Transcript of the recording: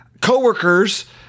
coworkers